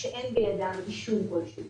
כשאין בידם אישור כלשהו.